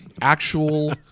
Actual